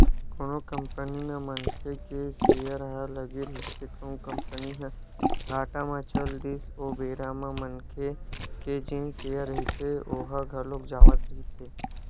कोनो कंपनी म मनखे के सेयर ह लगे रहिथे कहूं कंपनी ह घाटा म चल दिस ओ बेरा म मनखे के जेन सेयर रहिथे ओहा घलोक जावत रहिथे